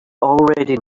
already